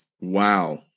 Wow